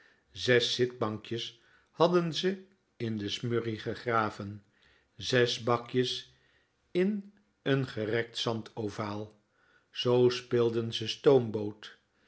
zes zitbankjes hadden ze in de smurrie gegraven zes bakjes in n gerekt zandovaal zoo speelden ze stoomboot